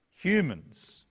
humans